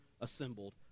assembled